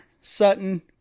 Sutton